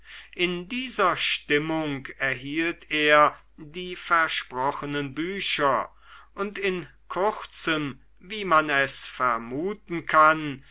in dieser stimmung erhielt er die versprochenen bücher und in kurzem wie man es vermuten kann